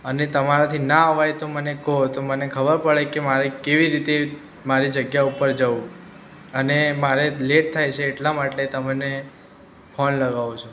અને તમારાથી ના અવાય તો મને કહો તો મને ખબર પડે કે મારે કેવી રીતે મારી જગ્યા ઉપર જવું અને મારે લેટ થાય છે એટલા માટે તમને ફોન લગાવું છું